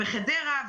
בחדרה,